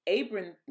Abram